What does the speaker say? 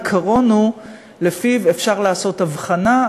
העיקרון הוא שאפשר לעשות הבחנה,